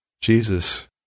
Jesus